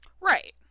Right